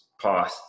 pause